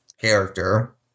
character